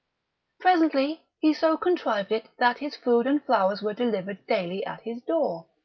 presently he so contrived it that his food and flowers were delivered daily at his door.